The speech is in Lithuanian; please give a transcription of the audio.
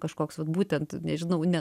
kažkoks vat būtent nežinau ne